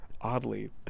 Oddly